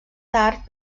tard